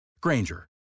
Granger